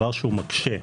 שמקשה.